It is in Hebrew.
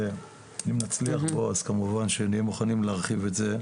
ואם נצליח פה כמובן שנהיה מוכנים להרחיב את זה,